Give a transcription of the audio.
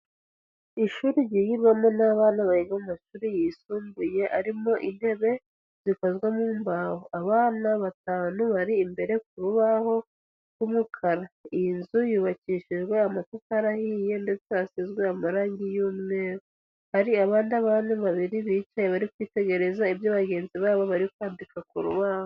Ishuri ryigirwamo n'abana biga mu mashuri yisumbuye, arimo intebe zikozwe mu mbaho, abana batanu bari imbere ku rubaho rw'umukara. Iyi nzu yubakishijwe amatafa ahiye, ndetse asizwe amarangi y'umweru, hari abandi bana babiri bicaye bari kwitegereza ibyo bagenzi babo bari kwandika ku rubaho.